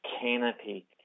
canopy